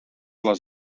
les